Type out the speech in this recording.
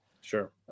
sure